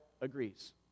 agrees